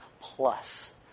plus